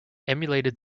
emulated